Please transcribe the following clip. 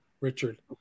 Richard